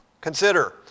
Consider